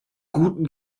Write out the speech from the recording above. guten